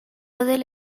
del